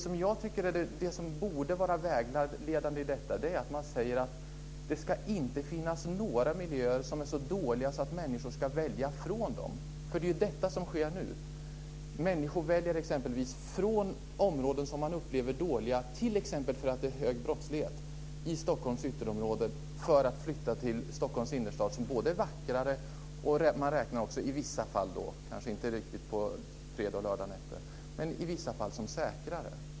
Vad jag tycker borde vara vägledande är att det inte ska finnas några miljöer som är så dåliga att människor väljer bort dem. Detta är det som sker nu. Människor väljer exempelvis bort områden som man upplever som dåliga, som t.ex. Stockholms yttre delar därför att det är hög brottslighet där. I stället flyttar de till Stockholms innerstad, som både är vackrare och i vissa fall säkrare - om också kanske inte på fredagsoch lördagsnätter.